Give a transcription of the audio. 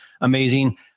amazing